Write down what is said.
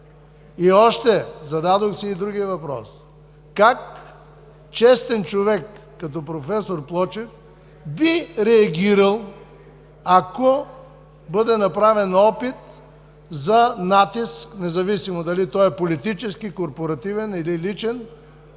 Зададох си и другия въпрос: как честен човек като проф. Плочев, би реагирал, ако бъде направен опит за натиск, независимо дали той е политически, корпоративен или личен,